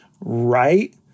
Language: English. right